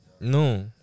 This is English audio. No